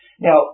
Now